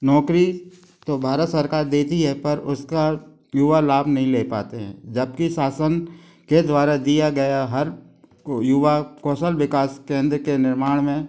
नौकरी तो भारत सरकार देती है पर उसका युवा लाभ नहीं ले पाते हैं जब कि शासन के द्वारा दिया गया हर युवा कौशल विकास केंद्र के निर्माण में